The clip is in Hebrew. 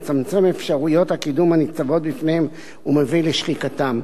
מצמצם אפשרויות הקידום הניצבות בפניהם ומביא לשחיקתם.